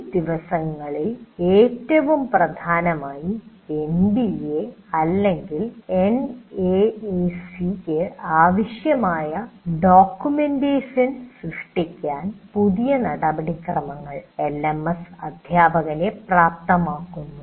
ഈ ദിവസങ്ങളിൽ ഏറ്റവും പ്രധാനമായി എൻബിഎ അല്ലെങ്കിൽ എൻഎഎസിക്ക് ആവശ്യമായ ഡോക്യുമെന്റേഷൻ സൃഷ്ടിക്കാൻ പുതിയ നടപടി ക്രമങ്ങൾ എൽഎംഎസ് അധ്യാപകനെ പ്രാപ്തമാക്കുന്നു